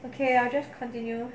okay I just continue